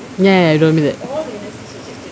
ya ya ya you told me that